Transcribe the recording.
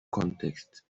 context